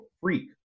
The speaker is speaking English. freak